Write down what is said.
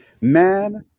Man